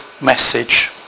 message